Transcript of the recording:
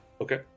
Okay